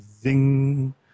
zing